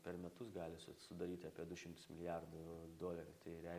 per metus gali su sudaryt apie du šimtus milijardų dolerių tai reiš